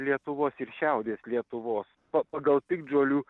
lietuvos ir šiaurės lietuvos pa pagal piktžolių